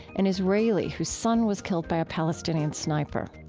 an israeli whose son was killed by a palestinian sniper.